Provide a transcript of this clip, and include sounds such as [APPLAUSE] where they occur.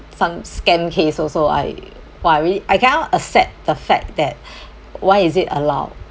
some scam case also I !wah! I really I cannot accept the fact that [BREATH] why is it allowed